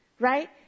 Right